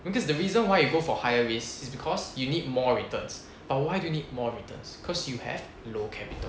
because the reason why you go for higher risk is because you need more returns but why do you need more returns cause you have low capital